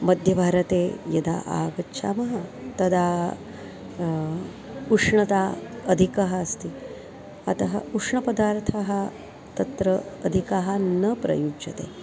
मध्यभारते यदा आगच्छामः तदा उष्णता अधिकः अस्ति अतः उष्णपदार्थः तत्र अधिकः न प्रयुज्यते